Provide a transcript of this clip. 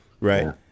Right